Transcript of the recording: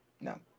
No